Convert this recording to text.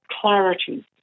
clarity